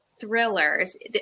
thrillers